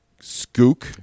Skook